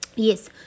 Yes